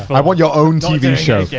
but i want your own tv show. yeah